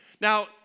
Now